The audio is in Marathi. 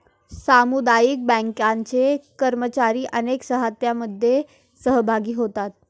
सामुदायिक बँकांचे कर्मचारी अनेक चाहत्यांमध्ये सहभागी होतात